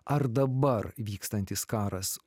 ar dabar vykstantis karas